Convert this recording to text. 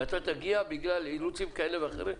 ואתה תגיע בגלל אילוצים כאלה ואחרים?